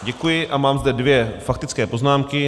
Děkuji a mám zde dvě faktické poznámky.